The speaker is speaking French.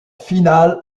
finale